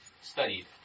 studied